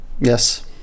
Yes